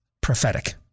Prophetic